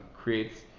creates